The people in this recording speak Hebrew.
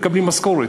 מקבלים משכורות.